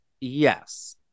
Yes